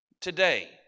today